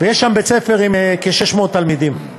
ויש שם בית-ספר עם כ-600 תלמידים,